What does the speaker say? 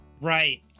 Right